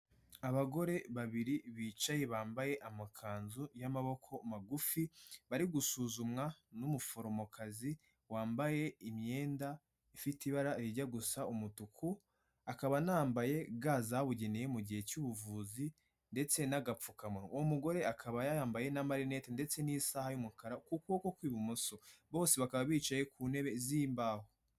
Abagore babiri bicaye bambaye amakanzu y'amaboko magufi, bari gusuzumwa n'umuforomokazi wambaye imyenda ifite ibara rijya gusa umutuku, akaba anambaye ga zabugeneye mu gihe cy'ubuvuzi ndetse n'agapfukamuwa, uwo mugore akaba yambaye n'amarinete ndetse n'isaha y'umukara ku kuboko kw'ibumoso, bose bakaba bicaye ku ntebe z'imbaho.